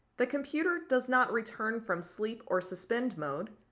the computer does not return from sleep or suspend mode,